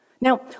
Now